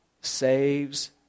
saves